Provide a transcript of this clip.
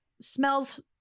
smells